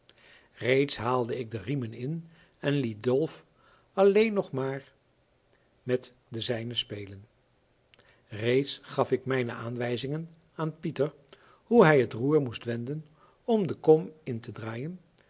reeds haalde ik de riemen in en liet dolf alleen nog maar met de zijne spelen reeds gaf ik mijne aanwijzingen aan pieter hoe hij het roer moest wenden om de kom in te draaien